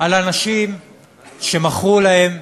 על אנשים שמכרו להם,